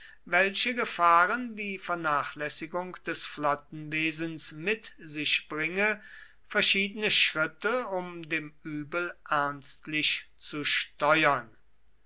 welche gefahren die vernachlässigung des flottenwesens mit sich bringe verschiedene schritte um dem übel ernstlich zu steuern